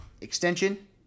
extension